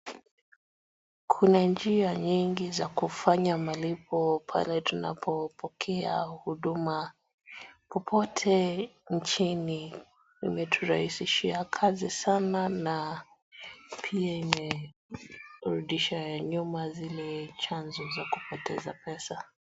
Kuna njia nyingi za kufanya malipo pale tunapopokea huduma popote nchini. Imeturahisisha kazi sana na pia imerudisha nyuma zile chances za kupoteza pesa.